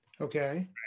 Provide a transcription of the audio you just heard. Okay